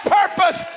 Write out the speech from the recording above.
purpose